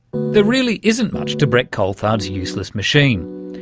there really isn't much to brett coulthard's useless machine.